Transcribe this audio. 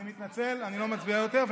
אני מתנצל, אני לא מצביע יותר.